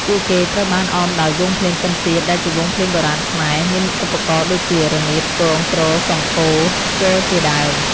ពួកគេត្រូវបានអមដោយ វង់ភ្លេងពិណពាទ្យ ដែលជាវង់ភ្លេងបុរាណខ្មែរ មានឧបករណ៍ដូចជា រនាត គង ទ្រ សំភោរ ស្គរជាដើម។